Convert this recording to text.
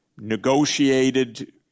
negotiated